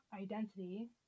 identity